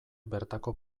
bertako